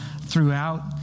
throughout